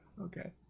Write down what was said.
okay